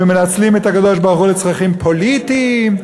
ומנצלים את הקדוש-ברוך-הוא לצרכים פוליטיים.